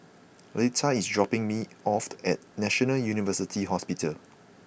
Leta is dropping me off at National University Hospital